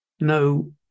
no